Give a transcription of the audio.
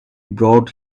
brought